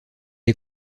est